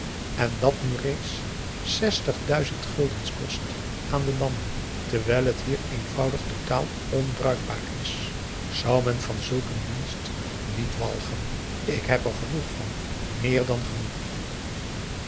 en dat nu reeds zestigduizend guldens kost aan den lande terwijl het hier eenvoudig totaal onbruikbaar is zou men van zulk een dienst niet walgen ik heb er genoeg van méér dan genoeg